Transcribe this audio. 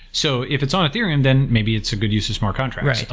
so if it's on ethereum, then maybe it's a good use of smart contracts.